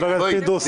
להרבה מהדברים האלה.